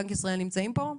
בנק ישראל נמצא פה?